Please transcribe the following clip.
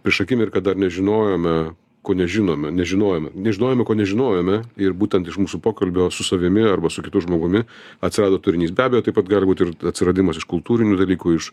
prieš akimirką dar nežinojome ko nežinome nežinojome nežinojome ko nežinojome ir būtent iš mūsų pokalbio su savimi arba su kitu žmogumi atsirado turinys be abejo taip pat gali būt ir atsiradimas iš kultūrinių dalykų iš